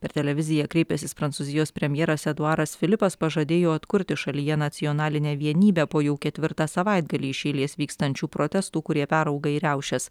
per televiziją kreipęsis prancūzijos premjeras eduaras filipas pažadėjo atkurti šalyje nacionalinę vienybę po jau ketvirtą savaitgalį iš eilės vykstančių protestų kurie perauga į riaušes